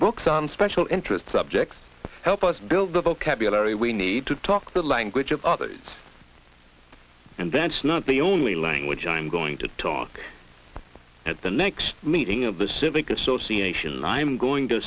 book some special interest subjects help us build the vocabulary we need to talk the language of other kids and that's not the only language i'm going to talk at the next meeting of the civic association and i'm going to